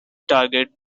target